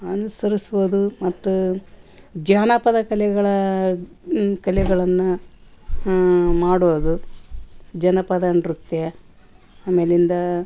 ಅನುಸರಿಸ್ಬೋದು ಮತ್ತು ಜಾನಪದ ಕಲೆಗಳ ಕಲೆಗಳನ್ನು ಮಾಡೋದು ಜನಪದ ನೃತ್ಯ ಆಮೇಲಿಂದ